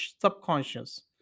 subconscious